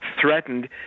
threatened